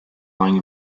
lying